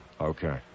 Okay